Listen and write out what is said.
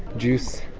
juice.